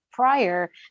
Prior